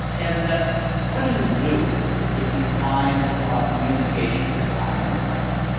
and what do you do if you find a communication by an american?